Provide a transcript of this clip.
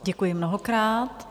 Děkuji mnohokrát.